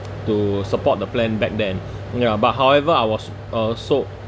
to support the plan back then ya but however I was uh so